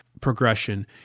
progression